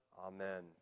Amen